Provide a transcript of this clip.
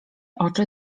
oczy